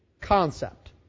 concept